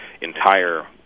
entire